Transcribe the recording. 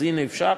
אז הנה, אפשר.